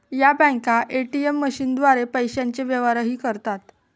या बँका ए.टी.एम मशीनद्वारे पैशांचे व्यवहारही करतात